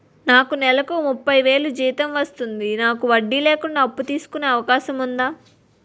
నాకు నేలకు ముప్పై వేలు జీతం వస్తుంది నాకు వడ్డీ లేకుండా అప్పు తీసుకునే అవకాశం ఉందా